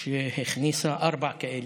שהיא הכניסה ארבע כאלה.